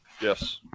Yes